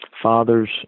Fathers